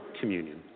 communion